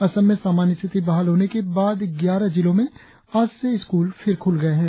असम में सामान्य स्थिति बहाल होने के बाद ग्यारह जिलों में आज से स्कूल फिर खुल गए है